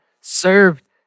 served